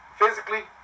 Physically